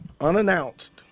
unannounced